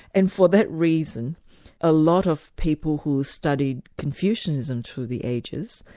and for that reason a lot of people who studied confucianism through the ages,